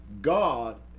god